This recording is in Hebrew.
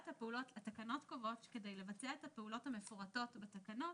התקנות קובעות שכדי לבצע את הפעולות המפורטות בתקנות